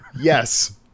yes